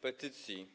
Petycji.